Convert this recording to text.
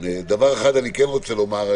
דבר אחד אני רוצה לומר,